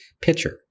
pitcher